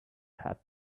have